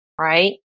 right